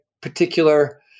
particular